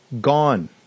Gone